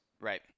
Right